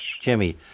Jimmy